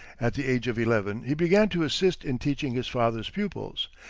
at the age of eleven he began to assist in teaching his father's pupils.